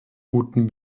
guten